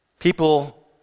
People